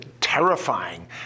terrifying